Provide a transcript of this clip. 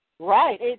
Right